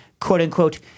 quote-unquote